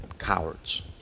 cowards